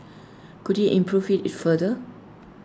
could he improve IT further